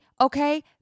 Okay